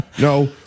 No